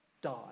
die